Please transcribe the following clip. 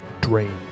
drain